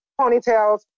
ponytails